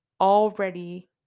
already